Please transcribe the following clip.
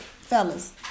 fellas